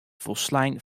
folslein